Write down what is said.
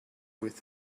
with